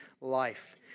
life